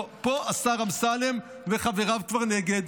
ופה השר אמסלם וחבריו כבר נגד.